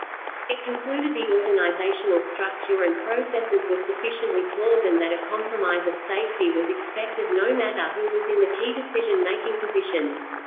it concluded the organizational structure and processes were sufficiently flawed and that a compromise of safety was expected no matter who was in the key decision-making positions.